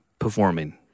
performing